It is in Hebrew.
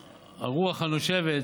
הרוח הנושבת,